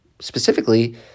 specifically